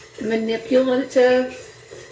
manipulative